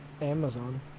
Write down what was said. Amazon